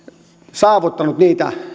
saavuttanut niitä